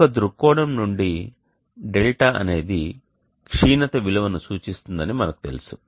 ఒక దృక్కోణం నుండి δ అనేది క్షీణత విలువను సూచిస్తుందని మనకు తెలుసు